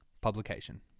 publication